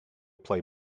play